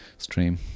stream